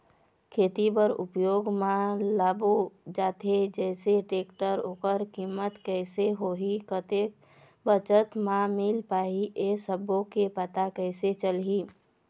खेती बर उपयोग मा लाबो जाथे जैसे टेक्टर ओकर कीमत कैसे होही कतेक बचत मा मिल पाही ये सब्बो के पता कैसे चलही?